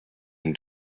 him